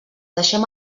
deixem